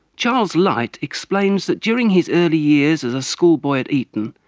charles lyte explains that during his early years as a schoolboy at eton,